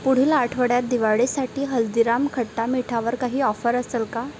पुढील आठवड्यात दिवाळीसाठी हल्दीराम खट्टा मीठावर काही ऑफर असेल का